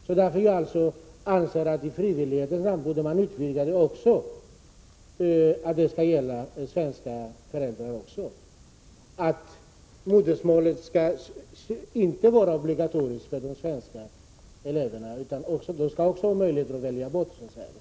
Jag anser alltså att man i frivillighetens namn borde utvidga denna rätt och att modersmålet inte skall vara obligatoriskt för de svenska eleverna utan att de också skall ha möjlighet att välja bort det ämnet.